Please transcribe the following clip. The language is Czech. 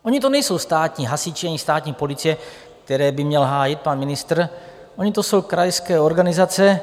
Oni to nejsou státní hasiči ani státní policie, které by měl hájit pan ministr, ony to jsou krajské organizace.